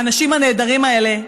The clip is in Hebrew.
האנשים הנהדרים האלה,